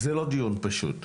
זה לא דיון פשוט.